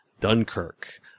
Dunkirk